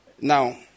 Now